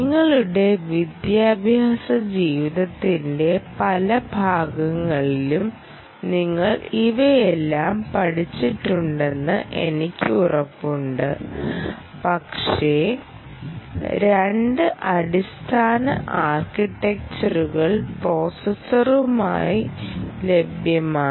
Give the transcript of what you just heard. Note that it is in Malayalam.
നിങ്ങളുടെ വിദ്യാഭ്യാസ ജീവിതത്തിന്റെ പല ഭാഗങ്ങളിലും നിങ്ങൾ ഇവയെല്ലാം പഠിച്ചിട്ടുണ്ടെന്ന് എനിക്ക് ഉറപ്പുണ്ട് പക്ഷേ രണ്ട് അടിസ്ഥാന ആർക്കിടെക്ചറുകൾ പ്രോസസ്സറുകൾക്കായി ലഭ്യമാണ്